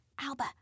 Alba